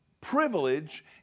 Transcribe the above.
privilege